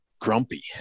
grumpy